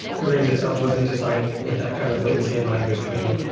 kubernetes itself wasn't designed with that kind of latency in mind between,